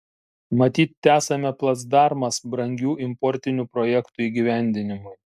matyt tesame placdarmas brangių importinių projektų įgyvendinimui